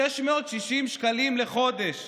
660 שקלים לחודש.